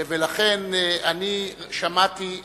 ולכן, אני שמעתי,